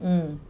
mm